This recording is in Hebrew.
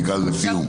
תקרא לזה סיום.